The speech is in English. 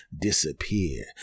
disappear